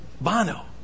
Bono